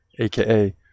aka